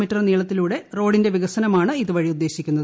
metre നീളത്തിലൂടെ റോഡിന്റെ പ്പികസനമാണ് ഇതുവഴി ഉദ്ദേശിക്കുന്നത്